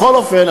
בכל אופן,